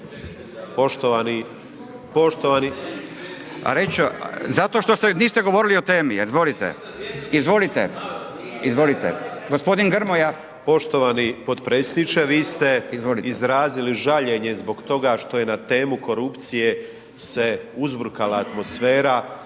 …/Upadica se ne čuje./… Zato što niste govorili o temi, jer volite, izvolite, izvolite, gospodin Grmoja. **Grmoja, Nikola (MOST)** Poštovani potpredsjedniče, vi ste izrazili žaljenje zbog toga što je na temu korupcije se uzburkala atmosfera,